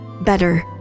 better